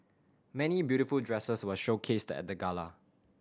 many beautiful dresses were showcased at the gala